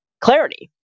clarity